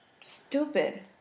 Stupid